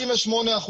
68%,